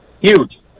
Huge